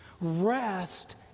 Rest